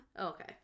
Okay